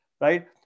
right